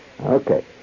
Okay